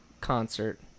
concert